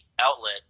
outlet